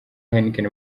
heineken